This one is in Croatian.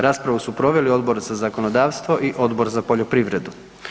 Raspravu su proveli Odbor za zakonodavstvo i Odbor za poljoprivredu.